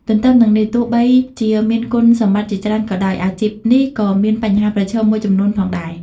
ទន្ទឹមនឹងនេះទោះបីជាមានគុណសម្បត្តិជាច្រើនក៏ដោយ អាជីពនេះក៏មានបញ្ហាប្រឈមមួយចំនួនផងដែរ។